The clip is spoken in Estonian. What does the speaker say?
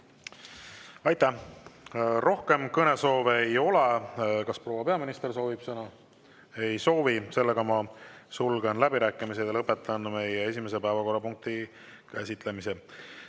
Aitäh! Rohkem kõnesoove ei ole. Kas proua peaminister soovib sõna? Ei soovi. Ma sulgen läbirääkimised ja lõpetan meie esimese päevakorrapunkti käsitlemise.